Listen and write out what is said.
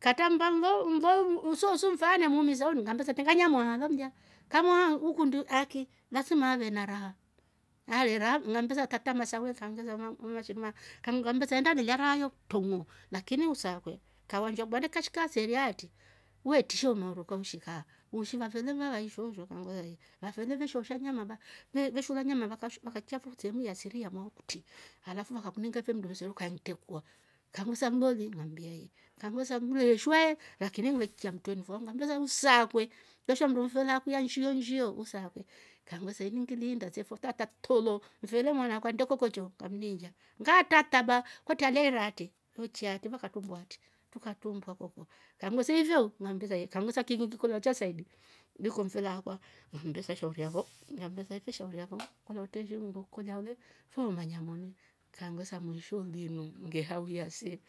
Katrammba nlo nlo nsoosu fe anemuumisa undi ngammbesa tengaa namwaa lau lo mlya kamuhaa ukundi aki lasma vae na raha, ale raha ngambesa tataa a masawe akangvesa mashirima kambesa enda nela raha yo tunguu lakini usakwe kavanjua kibande kashika seeri haatri uvetrisha umeanguka ushe kaa uishi vafele valaali fo kangmbia ee, vafele veshoosha nyama va veshoola nyama vakaichya fo sehemu ya siri yamwao kutri alafu vakakuniinga fe mndu msero ukantrekuwa, kangivesa nloli? Ngambia yee kambesa ngileeshwa lakini ngile ikya mtwreni fo ngambesa msakwee kweshawa mnndu mfele akuiya nshioo, nshioo usakwee, iningiliinda se fo ngatra tolo mfele mwanakwa nnde kokocho kamniinjya ngatra taba kwetre alaya eera atri ukaichya aatri vakakumbira haatri truka trumbua atri, trukatrumbua koko kammbesa ifyoo, kikingilikolya chasaidi niiki mfele akwa ngambesa shauri yaafo, ngambesa ife shauri yaafo kama utreeshi nndo ukolya ho le fe wemanya moni kangvesa, mwisho ngenywa ngehauya se